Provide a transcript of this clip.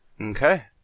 Okay